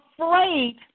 afraid